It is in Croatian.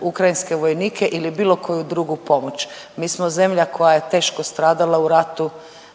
ukrajinske vojnike ili bilo koju drugu pomoć. Mi smo zemlja koja je teško stradala u ratu